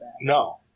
No